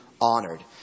honored